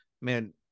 man